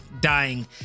dying